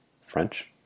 French